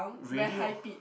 radio